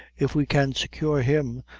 if we can secure him,